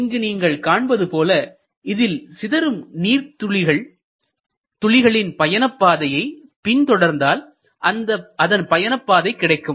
இங்கு நீங்கள் காண்பது போல இதில் சிதறும் நீர் துளிகளின் பயணப் பாதையை பின் தொடர்ந்தால்அதன் பயணப்பாதை கிடைக்கும்